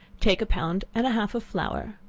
take a pound and a half of flour,